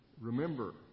remember